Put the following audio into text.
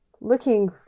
looking